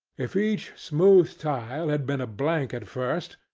if each smooth tile had been a blank at first,